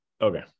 Okay